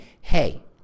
hey